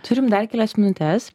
turim dar kelias minutes